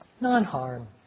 Non-harm